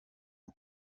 www